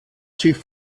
sich